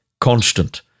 constant